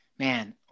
Man